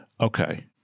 Okay